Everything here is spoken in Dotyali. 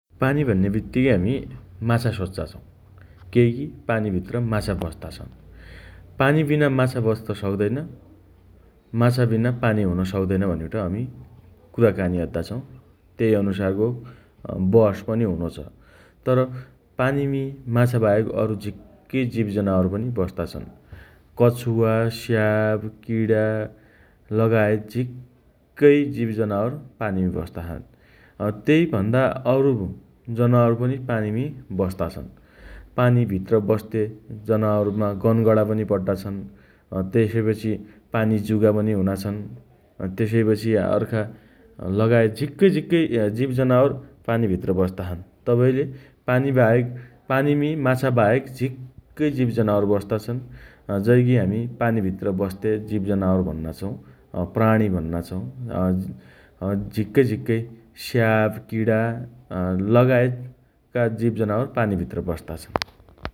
पानी भन्नेबित्तीकै हामी माछा सोच्चा छौँ । केईकी पानीभित्र माछा बस्ता छन् । पानी बिना माछा बस्त सक्तैन । माछाबिना पानी हुन सक्दैन भनिबट हमी कुराकानी अद्दा छौँ । त्यही अनुसारको अँ बहस पनि हुनो छ । तर, पानीमि माछा बाहेक अरु झिक्कै जीव जनावर पनि बस्दा छन् । कछुवा, स्याप, किणा लगायत झिक्कै जीव जनावर पानीमी बस्दा छन् । त्यही भन्दा अरु जनावर पनि पानीमा बस्ता छन् । पानीभित्र बस्ते जनावरमा गन्गणा पड्डा छन् । अँ त्यसपछि पानी जुका पनि हुना छन् । त्यसैपछि अर्का लगायत झिक्कै झिक्कै अँ जीव जनावर पानीभित्र बस्ता छन् । तबैले पानी बाहेक पानीमी माछा बाहेक झिक्कै जीव जनावर बस्ता छन् । अँ जैकी हमी पानीभित्र बस्ते जीव जनावर भन्ना छौँ । अँ प्राणी भन्ना छौं । अँ अँ झिक्कै झिक्कै स्याप, किणा अँ लगायत का जीव जनावर पानीभित्र बस्ता छन् ।